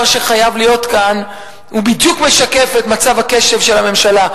שחייב להיות כאן משקף בדיוק את מצב הקשב של הממשלה.